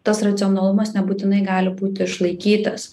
tas racionalumas nebūtinai gali būti išlaikytas